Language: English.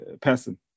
person